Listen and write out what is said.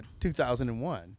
2001